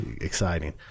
exciting